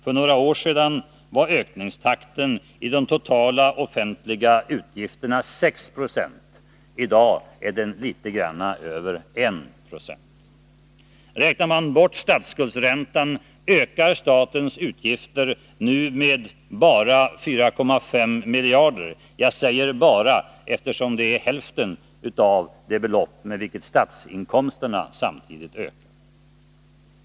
För några år sedan var ökningstakten i de totala offentliga utgifterna 6 96;idag är den litet över 1 20. Räknar man bort statsskuldsräntan, ökar statens utgifter nu med bara 4,5 miljarder. Jag säger ”bara”, eftersom det är hälften av det belopp med vilket statsinkomsterna samtidigt ökar.